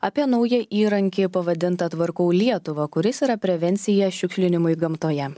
apie naują įrankį pavadintą tvarkau lietuvą kuris yra prevencija šiukšlinimui gamtoje